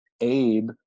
Abe